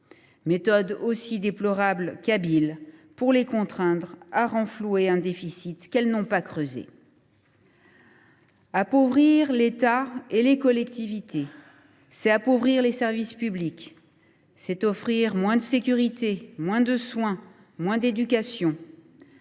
méthode aussi déplorable qu’habile pour les contraindre à renflouer un déficit qu’elles n’ont pas creusé. Appauvrir l’État et les collectivités, c’est appauvrir les services publics, c’est offrir moins de sécurité, moins de soins, moins d’éducation…